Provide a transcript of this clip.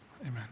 Amen